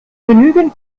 genügend